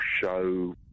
show